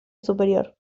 superior